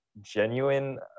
genuine